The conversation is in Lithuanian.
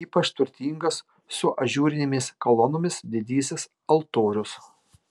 ypač turtingas su ažūrinėmis kolonomis didysis altorius